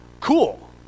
cool